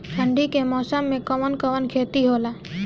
ठंडी के मौसम में कवन कवन खेती होला?